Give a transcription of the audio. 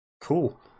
cool